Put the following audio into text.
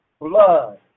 blood